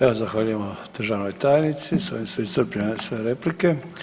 Evo, zahvaljujemo državnoj tajnici, s ovim su iscrpljenje sve replike.